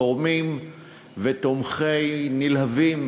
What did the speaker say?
תורמים ותומכים נלהבים,